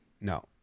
No